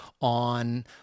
on